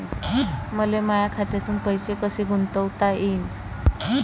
मले माया खात्यातून पैसे कसे गुंतवता येईन?